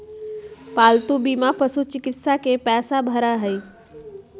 पालतू बीमा पशुचिकित्सा के पैसा भरा हई